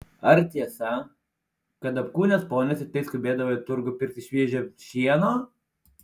ar tiesa kad apkūnios ponios rytais skubėdavo į turgų pirkti šviežio šieno